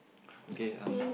okay um